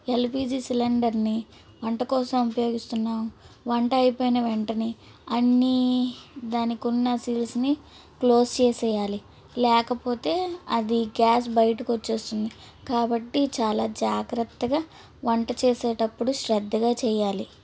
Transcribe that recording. LPG సిలిండర్ని వంట కోసం ఉపయోగిస్తున్నాం వంట అయిపోయిన వెంటనే అన్నీ దానికున్న స్విచ్ని క్లోజ్ చేయాలి లేకపోతే అది గ్యాస్ బయటకి వచ్చేస్తుంది కాబట్టి చాలా జాగ్రత్తగా వంట చేసేటప్పుడు శ్రద్ధగా చేయాలి